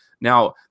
Now